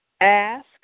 ask